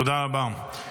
תודה רבה.